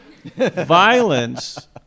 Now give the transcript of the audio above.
Violence